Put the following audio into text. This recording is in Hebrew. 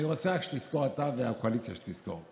אני רק רוצה שתזכור, אתה, והקואליציה שתזכור: